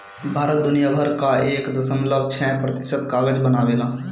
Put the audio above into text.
भारत दुनिया भर कअ एक दशमलव छह प्रतिशत कागज बनावेला